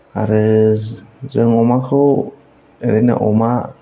आरो जों अमाखौ ओरैनो अमा